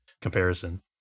comparison